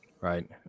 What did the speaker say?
right